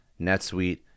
netsuite